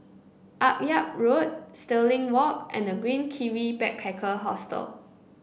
Akyab Road Stirling Walk and The Green Kiwi Backpacker Hostel